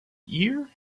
year